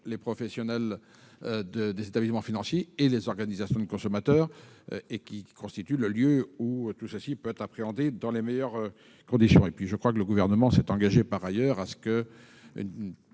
les professionnels des établissements financiers et les organisations de consommateurs, qui constitue le lieu idoine pour appréhender cette problématique dans les meilleures conditions. Enfin, je crois que le Gouvernement s'est engagé par ailleurs à ce que